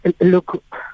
look